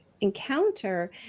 encounter